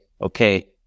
okay